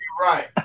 right